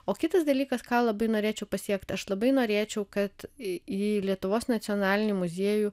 o kitas dalykas ką labai norėčiau pasiekti aš labai norėčiau kad į į lietuvos nacionalinį muziejų